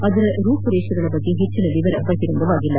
ಅದರ ರೂಪುರೇಷೆಯ ಬಗ್ಗೆ ಹೆಚ್ಚಿನ ವಿವರ ಬಹಿರಂಗವಾಗಿಲ್ಲ